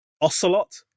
Ocelot